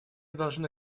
должны